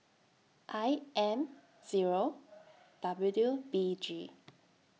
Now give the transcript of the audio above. I M Zero W B G